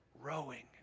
rowing